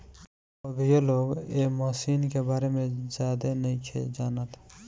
अभीयो लोग ए मशीन के बारे में ज्यादे नाइखे जानत